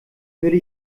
würde